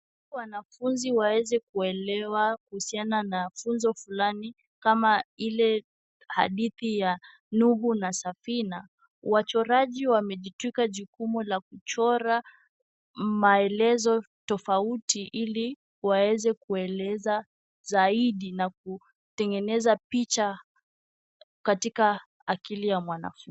Wanafuzi waeze kuelewa kusiana na funzo fulani kama ile hadidhi ya nuhu na safina. Wachoraji wamejitwika jukumu la kuchora maelezo tofauti iliwaeze kueleza saidi na kutengeneza picha katika akili ya mwanafunzi.